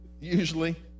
usually